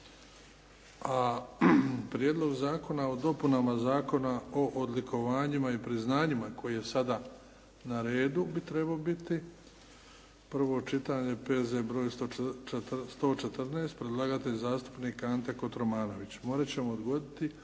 A Prijedlog zakona o dopunama Zakona o odlikovanjima i priznanjima koji je sada na redu bi trebao biti, prvo čitanje P.Z. broj 114, predlagatelj zastupnik Ante Kotromanović,